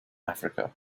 africa